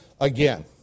Again